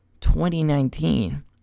2019